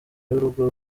y’urugo